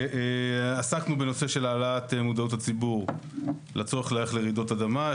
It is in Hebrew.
ועסקנו בנושא של העלאת מודעות הציבור לצורך להיערך לרעידות אדמה.